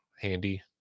handy